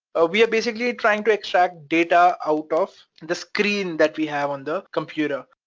ah we are basically trying to extract data out of the screen that we have on the computer,